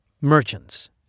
Merchants